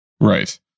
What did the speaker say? Right